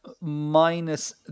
minus